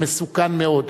זה מסוכן מאוד,